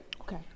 Okay